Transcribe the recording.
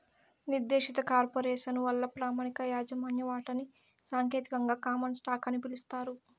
నిర్దేశిత కార్పొరేసను వల్ల ప్రామాణిక యాజమాన్య వాటాని సాంకేతికంగా కామన్ స్టాకు అని పిలుస్తారు